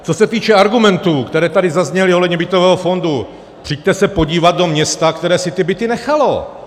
Co se týče argumentů, které tady zazněly ohledně bytového fondu, přijďte se podívat do města, které se ty byty nechalo.